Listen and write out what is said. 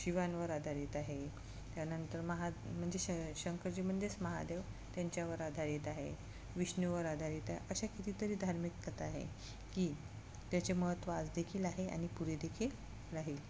शिवांवर आधारित आहे त्यानंतर महात म्हणजे श शंकरजी म्हणजेच महादेव त्यांच्यावर आधारित आहे विष्णूवर आधारित आहे अशा कितीतरी धार्मिक कथा आहे की त्याचे महत्त्व आज देखील आहे आणि पुरे देखील राहील